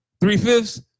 Three-fifths